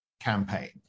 campaign